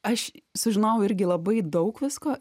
aš sužinojau irgi labai daug visko